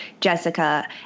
Jessica